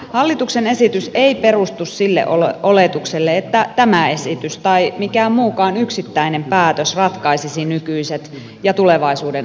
hallituksen esitys ei perustu sille oletukselle että tämä esitys tai mikään muukaan yksittäinen päätös ratkaisisi nykyiset ja tulevaisuuden alkoholiongelmat